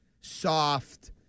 Soft